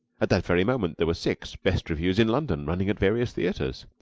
at that very moment there were six best revues in london, running at various theaters.